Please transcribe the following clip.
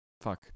Fuck